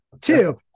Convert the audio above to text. two